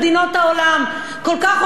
כל כך אוהבים לדבר בגרפים